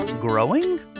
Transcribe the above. growing